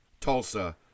Tulsa